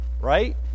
right